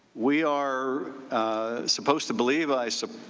we are supposed to believe, i so